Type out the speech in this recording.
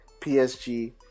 PSG